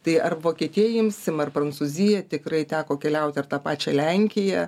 tai ar vokietiją imsim ar prancūziją tikrai teko keliauti ir tą pačią lenkiją